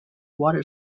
water